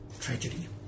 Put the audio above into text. tragedy